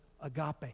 agape